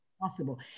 Possible